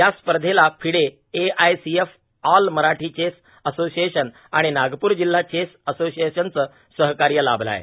या स्पर्धेला FIDE AICF all Marathi chess association आणि नागपूर जिल्हा चेस असोसिएशनचं सहकार्य लाभलं आहे